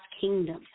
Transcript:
kingdom